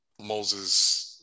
Moses